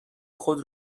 خود